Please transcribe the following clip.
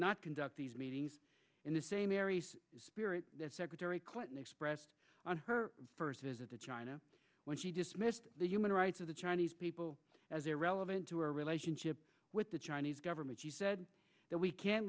not conduct these meetings in the same areas spirit that secretary clinton expressed on her first visit to china when she dismissed the human rights of the chinese people as irrelevant to her relationship with the chinese government she said that we can't